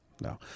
No